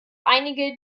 einige